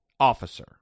officer